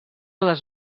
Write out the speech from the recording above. les